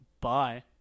Bye